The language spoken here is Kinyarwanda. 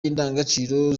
indangagaciro